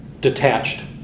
detached